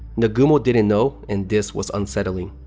nagumo didn't know and this was unsettling.